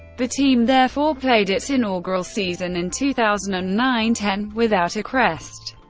the team therefore played its inaugural season in two thousand and nine ten without a crest.